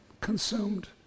consumed